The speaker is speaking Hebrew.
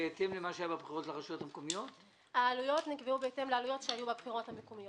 בהתאם לעלויות שהיו בבחירות המקומיות.